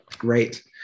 great